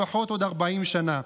לפחות עוד 40 שנה.